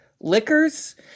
liquors